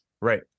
Right